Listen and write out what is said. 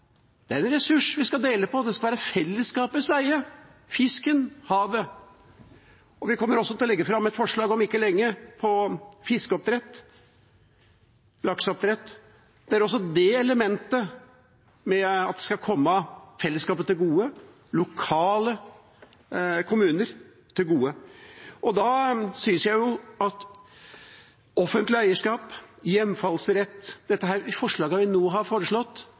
Det er en ressurs vi skal dele på – fisken og havet skal være fellesskapets eie. Vi kommer også til å legge fram et forslag om ikke lenge om fiskeoppdrett, lakseoppdrett, med det elementet at det skal komme fellesskapet til gode, komme lokale kommuner til gode. Da synes jeg at offentlig eierskap og hjemfallsrett, forslagene vi nå har